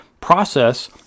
process